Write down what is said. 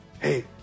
Hey